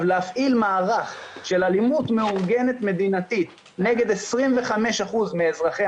להפעיל מערך של אלימות מאורגנת מדינתית נגד 25% מאזרחי